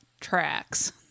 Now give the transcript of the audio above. tracks